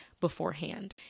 beforehand